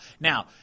Now